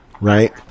right